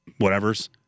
whatevers